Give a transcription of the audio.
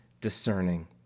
discerning